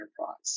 enterprise